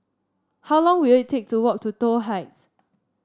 how long will it take to walk to Toh Heights